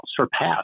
surpassed